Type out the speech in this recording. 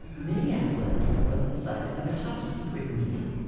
minneapolis was the site of a top-secret meeting.